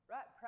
Right